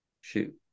Shoot